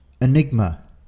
Enigma